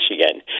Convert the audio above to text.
Michigan